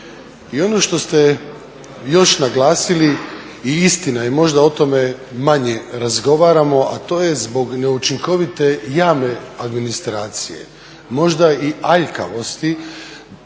I ono što ste još naglasili i istina je možda o tome manje razgovaramo, a to je zbog neučinkovite javne administracije, možda i aljkavosti.